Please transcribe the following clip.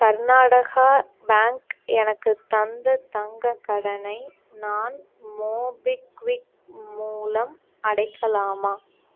Karnataka Bank எனக்குத் தந்த தங்கக் கடனை நான் மோபிக்விக் மூலம் அடைக்கலாமா